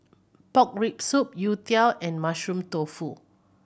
pork rib soup youtiao and Mushroom Tofu